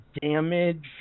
damage